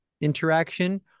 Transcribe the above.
interaction